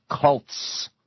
cults